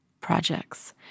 projects